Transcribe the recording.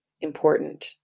important